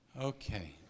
Okay